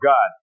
God